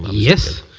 yes.